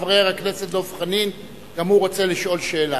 וחבר הכנסת דב חנין גם הוא רוצה לשאול שאלה.